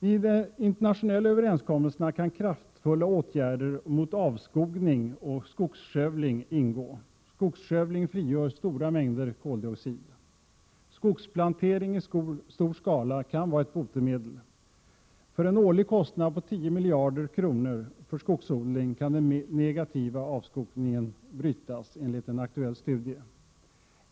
I de internationella överenskommelserna kan kraftfulla åtgärder mot avskogning och skogsskövling ingå. Skogsskövling frigör stora mängder koldioxid. Skogsplantering i stor skala kan vara ett botemedel. För en årlig kostnad av 10 miljarder kronor för skogsodling kan enligt en aktuell studie den negativa avskogningen brytas.